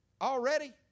already